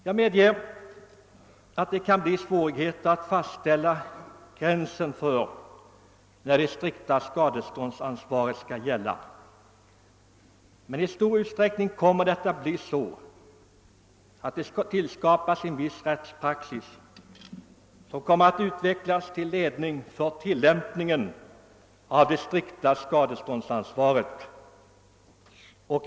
Jag medger att det kan bli svårt att dra gränsen för när strikt skadeståndsansvar skall gälla, men efter hand kommer det naturligtvis att skapas en praxis till ledning för tillämpningen av sådana skadeståndsanspråk.